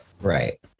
Right